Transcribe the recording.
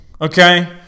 okay